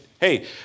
hey